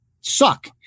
suck